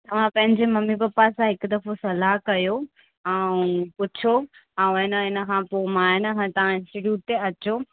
तव्हां पंहिंजे mummy papa सां हिकु दफ़ो सलाह कयो ऐं पुछो ऐं आहे न इन खां पोइ मां आहे न हा तव्हां इंस्टीट्युट ते अचो